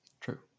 True